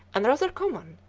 and rather common,